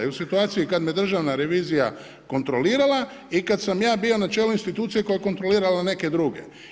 I u situaciji kada me državna revizija kontrolirala i kada sam ja bio na čelu institucije koja je kontrolirala neke druge.